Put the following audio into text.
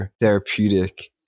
therapeutic